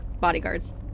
bodyguards